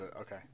Okay